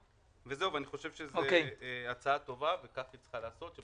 אני חושב שזאת הצעה טובה וכך היא צריכה להיעשות.